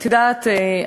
את יודעת,